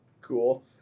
cool